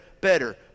better